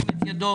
מי נגד?